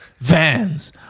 Vans